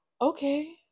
Okay